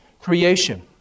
creation